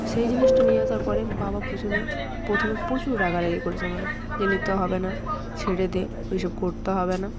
সেই জিনিসটা নিয়ে আসার পরে বাবা প্রচণ্ড প্রথমে প্রচুর রাগারাগি করেছে আমাকে যে নিতে হবে না ছেড়ে দে ওই সব করতে হবে না